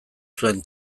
zuen